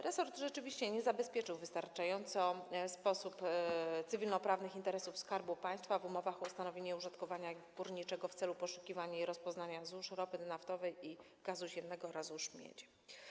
Resort rzeczywiście nie zabezpieczył w wystarczający sposób cywilnoprawnych interesów Skarbu Państwa w umowach o ustanowienie użytkowania górniczego w celu poszukiwania i rozpoznawania złóż ropy naftowej i gazu ziemnego oraz złóż miedzi.